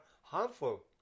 harmful